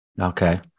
Okay